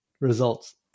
results